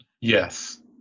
Yes